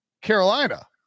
Carolina